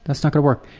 that's not gonna work.